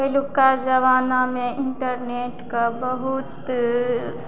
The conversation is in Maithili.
पहिलुका जमानामे इन्टरनेटके बहुत